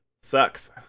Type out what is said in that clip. sucks